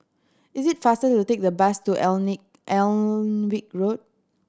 is it faster to take the bus to Alnwick Road